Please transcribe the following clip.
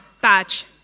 badge